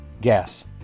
gas